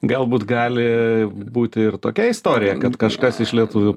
galbūt gali būti ir tokia istorija kad kažkas iš lietuvių